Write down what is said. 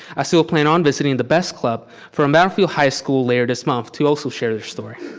i still plan on visiting the best club from bellevue high school later this month to also share their story.